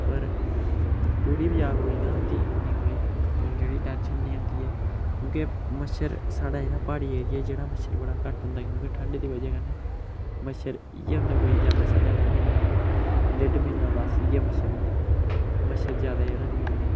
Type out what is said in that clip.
पर पुड़ी बी जा कोई तां उं'दी इन्नी कोई ओह् जेह्ड़ी टेंशन नी होंदी ऐ क्योंकि मच्छर साढ़ै जेह्ड़ा प्हाड़ी ऐरिये च जेह्ड़ा मच्छर बड़ा घट्ट होंदा ऐ क्योंकि ठंड दी वजह् कन्नै मच्छर इ'यै होंदा कोई ज्यादा सा ज्यादा म्हीना डेढ म्हीना बस इ'यै मच्छर होंदा मच्छर ज्यादा जेह्ड़ा नि होंदा ऐ